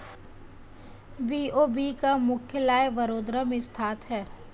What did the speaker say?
BOB का मुख्यालय बड़ोदरा में स्थित है